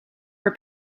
her